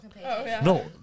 No